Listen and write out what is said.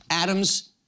Adams